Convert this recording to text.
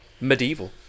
Medieval